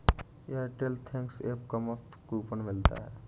Airtel thanks app पर मुफ्त coupon मिलता है